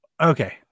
Okay